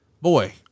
Boy